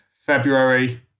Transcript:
February